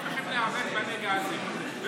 צריכים להיאבק בנגע הזה,